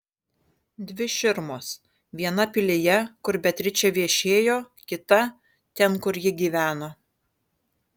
dvi širmos viena pilyje kur beatričė viešėjo kita ten kur ji gyveno